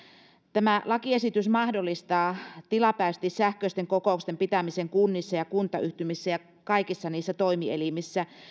tämä lakiesitys mahdollistaa tilapäisesti sähköisten kokousten pitämisen kunnissa ja kuntayhtymissä ja kaikissa niissä toimielimissä